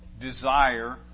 desire